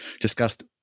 discussed